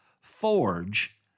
forge